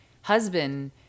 husband